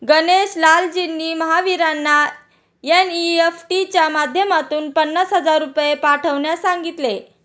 गणेश लालजींनी महावीरांना एन.ई.एफ.टी च्या माध्यमातून पन्नास हजार रुपये पाठवण्यास सांगितले